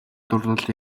дурлал